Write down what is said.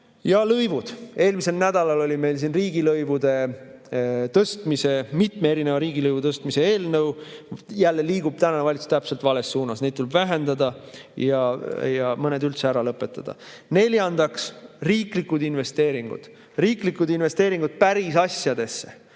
Ja lõivud. Eelmisel nädalal oli meil siin riigilõivude tõstmise, mitme riigilõivu tõstmise eelnõu. Jälle liigub valitsus täpselt vales suunas. Neid [lõive] tuleb vähendada ja mõne [sissenõudmine] üldse ära lõpetada. Neljandaks, riiklikud investeeringud, riiklikud investeeringud päris asjadesse.